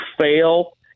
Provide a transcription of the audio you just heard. fail